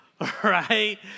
right